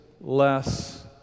less